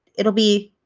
it'll be,